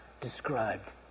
described